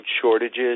shortages